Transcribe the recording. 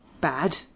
bad